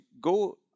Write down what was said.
go